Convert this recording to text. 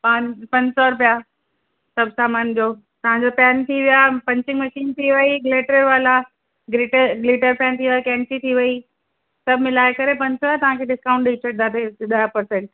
पां पंज सौ रुपया सभु सामान जो तव्हांजो पेन थी विया पंचिंग मशीन थी वई गिलिटर वाला गिलिटर गिलिटर पेन थी विया कैंची थी वई सभु मिलाए करे पंज सौ तव्हांखे डिस्काउंट ॾेई छॾींदासीं ॾह पर्सेंट